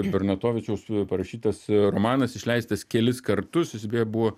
bernatovičiaus parašytas romanas išleistas kelis kartus jis beje buvo